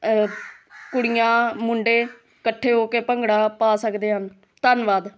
ਕੁੜੀਆਂ ਮੁੰਡੇ ਇਕੱਠੇ ਹੋ ਕੇ ਭੰਗੜਾ ਪਾ ਸਕਦੇ ਹਨ ਧੰਨਵਾਦ